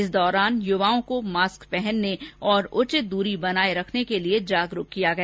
इस दौरान युवाओं को मास्क पहनने और उचित दूरी बनाये रखने के लिए जागरुक किया गया